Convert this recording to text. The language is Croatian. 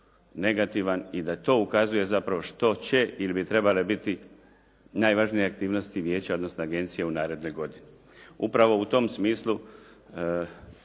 negativna i da to ukazuje zapravo što će ili bi trebale biti najvažnije aktivnosti vijeća, odnosno agencije u narednoj godini. Upravo u tom smislu